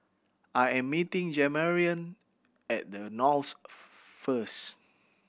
I am meeting Jamarion at The Knolls first